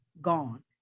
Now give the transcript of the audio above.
gone